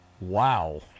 Wow